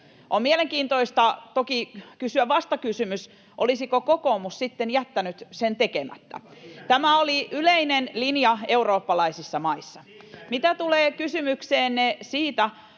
On mielenkiintoista toki kysyä vastakysymys: olisiko kokoomus sitten jättänyt sen tekemättä? [Ben Zyskowiczin välihuuto] Tämä oli yleinen linja eurooppalaisissa maissa. Mitä tulee kysymykseenne siitä,